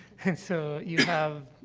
and so, you have,